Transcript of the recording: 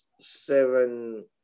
seven